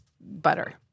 butter